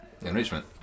Enrichment